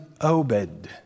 Obed